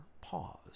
Pause